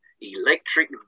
electric